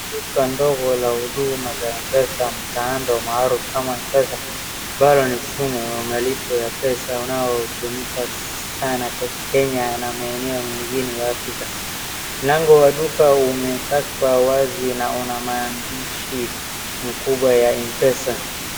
Duka ndogo la huduma za Mpesa, mtaando maalum ama Mpesa bado ni mfumo wa malipo ya pesa unaotumika sana Kenya na maeneo mengine ya Afrika. Mlango wa duka umepakwa wazi na una mandishi mkubwa ya Mpesa.